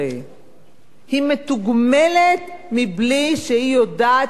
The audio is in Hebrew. היא מתוגמלת בלי שהיא יודעת על מה היא ממליצה,